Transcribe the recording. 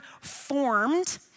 formed